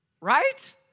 Right